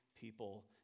people